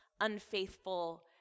unfaithful